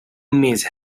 miss